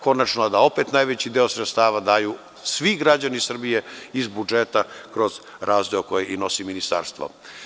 Konačno, da opet najveći deo sredstava daju svi građani Srbije iz budžeta, kroz razdeo koje nosi ministarstvo.